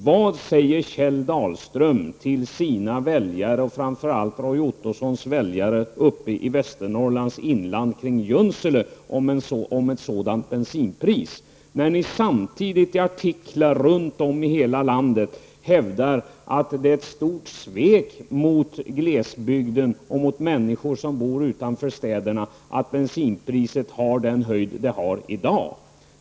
Vad säger Kjell Dahlström till sina väljare och framför allt till Roy Ottossons väljare uppe i Västernorrlands inland, kring Junsele, om ett sådant bensinpris, när ni samtidigt i artiklar runt om i hela landet hävdar att det är ett stort svek mot glesbygden och mot människor som bor utanför städerna att bensinpriset är så högt som det är i dag.